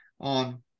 on